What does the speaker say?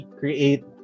create